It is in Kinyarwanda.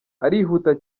arihuta